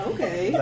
Okay